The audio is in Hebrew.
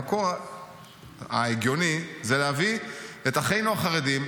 המקור ההגיוני זה להביא את אחינו החרדים,